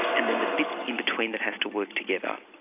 and then the bits in between that have to work together.